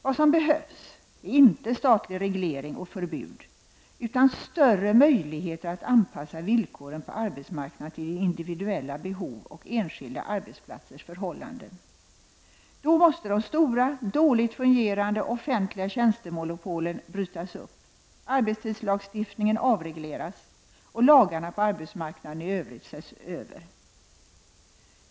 Vad som behövs är inte statlig reglering och förbud utan större möjligheter att anpassa villkoren på arbetsmarknaden till individuella behov och enskilda arbetsplatsers förhållanden. Då måste de stora, dåligt fungerande offentliga vårdoch tjänstemonopolen brytas upp, arbetstidslagstiftningen avregleras och lagarna på arbetsmarknaden i övrigt ses över.